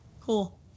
Cool